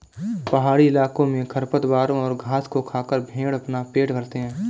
पहाड़ी इलाकों में खरपतवारों और घास को खाकर भेंड़ अपना पेट भरते हैं